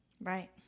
right